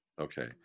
Okay